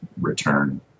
return